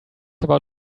about